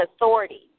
authority